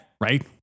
Right